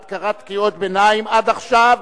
את קראת קריאות ביניים עד עכשיו.